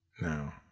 now